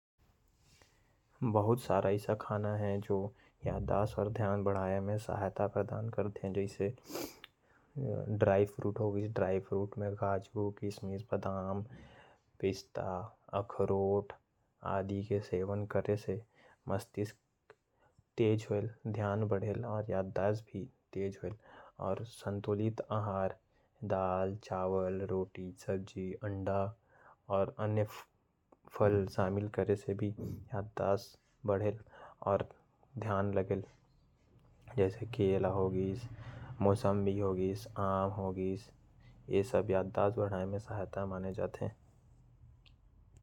बहुत सारा ऐसा खाना है जो यादाश्त। और ध्यान बढ़ाए में बहुत सहायक है। जैसे काजू अखरोट बादाम। और संतुलित आहार जैसे दाल चावल रोटी अंडा। अन्य फल शामिल करे से भी यादाश्त बढ़ेल। जैसे केला, मौसंबी, आम।